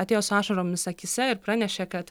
atėjo su ašaromis akyse ir pranešė kad